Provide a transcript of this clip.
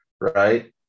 right